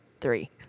three